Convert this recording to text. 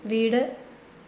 വീട്